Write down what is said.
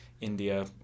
India